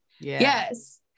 yes